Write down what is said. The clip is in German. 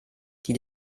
die